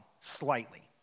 slightly